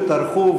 וטרחו,